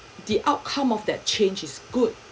the outcome of that change is good